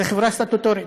שהיא חברה סטטוטורית,